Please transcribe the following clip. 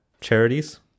charities